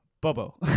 Bobo